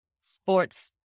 sports